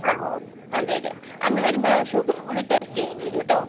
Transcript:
ആ അതെ അതെ അന്ന് വരുമ്പോൾ ഷുഗറും കൂടി ടെസ്റ്റ് ചെയ്യേണ്ടി വരും കേട്ടോ